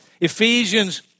Ephesians